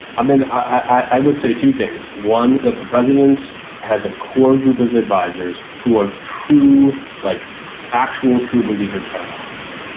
i mean, i would say two things. one, that the president has a core group of advisers who are true, like actual true believer china hawks.